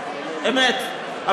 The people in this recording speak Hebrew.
אמת,